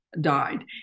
died